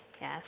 Yes